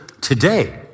today